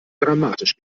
dramatisch